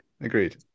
agreed